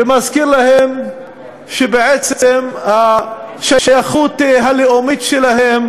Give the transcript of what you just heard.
ומזכיר להם שבעצם השייכות הלאומית שלהם